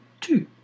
two